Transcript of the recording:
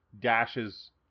dashes